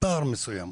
פער מסוים.